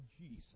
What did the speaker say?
Jesus